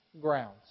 grounds